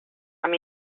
amb